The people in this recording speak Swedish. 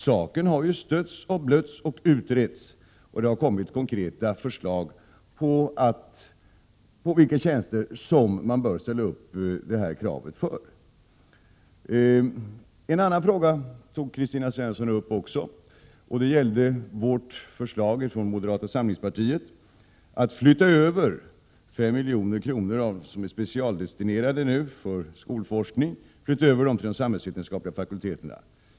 Saken har ju stötts och blötts och utretts, och det har kommit konkreta förslag om för vilka tjänster detta krav bör ställas. Kristina Svensson tog också upp förslaget från moderata samlingspartiet om att flytta över 5 milj.kr., som nu är specialdestinerade för skolforskning, till de samhällsvetenskapliga fakulteterna.